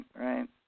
right